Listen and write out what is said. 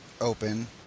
open